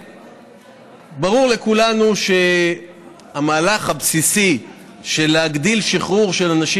וברור לכולנו שהמהלך הבסיסי של להרחיב שחרור של אנשים